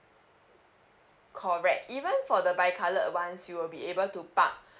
correct even for the bi colored ones you will be able to park